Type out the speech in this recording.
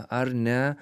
ar ne